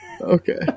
okay